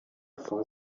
for